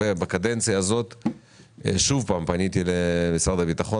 בקדנציה הזאת שוב פעם פניתי למשרד הביטחון,